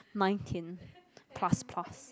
nineteen plus plus